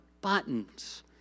buttons